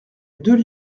deux